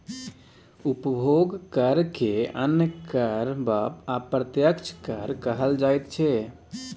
उपभोग करकेँ अन्य कर वा अप्रत्यक्ष कर कहल जाइत छै